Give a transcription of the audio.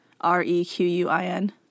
R-E-Q-U-I-N